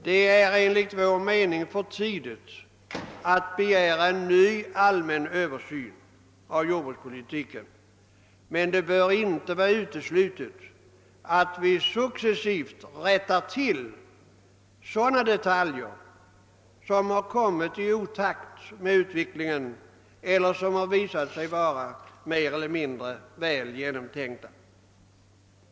Det är enligt vår mening för tidigt att begära en ny allmän översyn av jordbrukspolitiken, men det bör inte vara uteslutet att successivt rätta till sådana detaljer i jordbruksregleringen, där de har kommit i otakt med utvecklingen eller visat sig vara mer eller mindre väl genomtänkta.